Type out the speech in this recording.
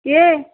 କିଏ